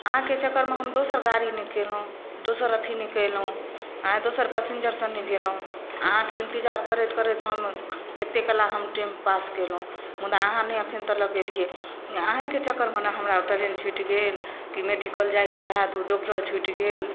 अहाँके चक्करमे हम दोसर गाड़ी नहि केलहुॅं दोसर अथी नहि केलहुॅं आ दोसर पसिंजर सँ नहि गेलहुॅं अहाँके इंतजार करैत करैत हम एते काल हम टाइम पास केलहुॅं मुदा अहाँ नहि अखन तक एलियै अहिंके चक्करमे ने हमरा ओ ट्रेन छूटि गेल की मेडिकल जाइके रहए तऽ ओ डॉक्टर छूटि गेल